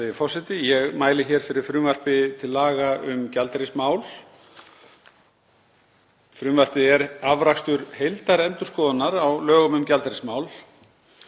Ég mæli hér fyrir frumvarpi til laga um gjaldeyrismál. Frumvarpið er afrakstur heildarendurskoðunar á lögum um gjaldeyrismál